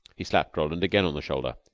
he slapped roland again on the shoulder.